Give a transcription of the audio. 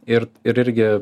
ir ir irgi